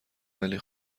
ولی